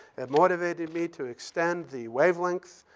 that motivated me to extend the wavelength